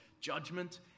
judgment